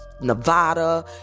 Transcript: Nevada